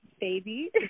baby